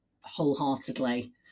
wholeheartedly